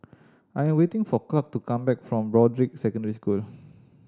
I am waiting for Clark to come back from Broadrick Secondary School